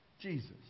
Jesus